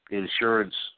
insurance